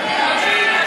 אנחנו עוברים,